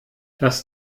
das